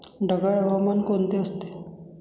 ढगाळ हवामान कोणते असते?